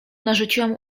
narzuciłam